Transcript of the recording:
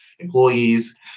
Employees